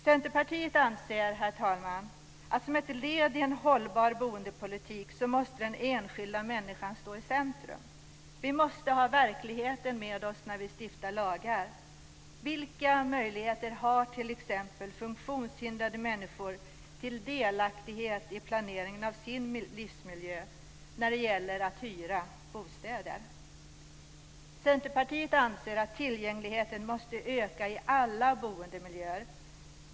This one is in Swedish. Centerpartiet anser att den enskilda människan måste stå i centrum som ett led i en hållbar boendepolitik. Vi måste ha verkligheten med oss när vi stiftar lagar. Vilka möjligheter har t.ex. funktionshindrade människor till delaktighet i planeringen av sin livsmiljö när det gäller att hyra bostäder? Centerpartiet anser att tillgängligheten måste öka i alla boendemiljöer.